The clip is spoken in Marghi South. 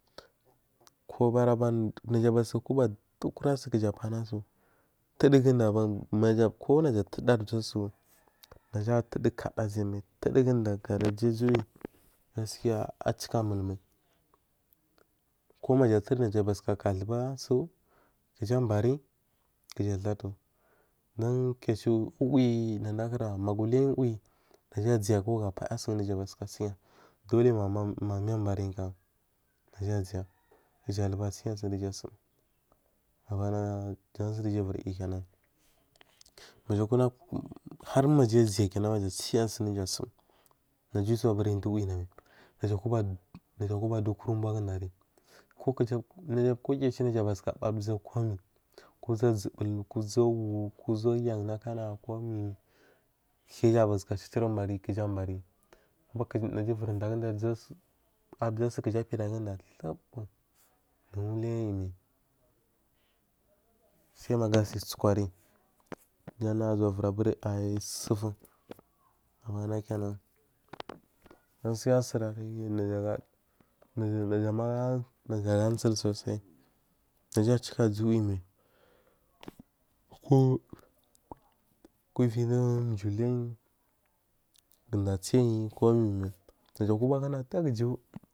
Kowubori aban naja batuka kuba aduwo kura su gaja apanasu duwodugu da abari maja kunaja adowudu a za su naja a dowudu kaduwu a zoyi mai tuwoduguda gara jiyi jiyi gaskiya a cika mal mai komaja a tuwudu nagu baluka katuwo basu kuja abari kuja a datu don kuya a ciwo uwiyi nada kura magu ciluyi uwi na a zayye naja a payasun ja batuka siya duleyi ma mi abariyikam na a zeya gaja aru ga siya sunja asum abana jan sun ja uviriyu kenan maja kuraku harmaja a zeya kenan maja asuya sunja a sum naja a zuwabura dowu winamai najakuba naja akuba a dowu kur ubuwo udari kukuja kukiya aciwo naja batuka buwu a zako miyi kowu uza uzubul kowu kura wuu kowu uza yan lakana komiyi siyaja butuka citiri bai gaja abari kuku ja uviri daguda azasu kuja a pida gudu tiyipu dowu uluyay- a yi mai sai magu asi sukwariyi jan nagu uzuwa viri abu ai su ufun abana kenan gaskiya sura ri najaga najama najaga sul sul sosai naja a cika zuwowiyi mai kowu kowu uviyi duwo uluyi gaduwo sai komi naja a kubaguda a doguju.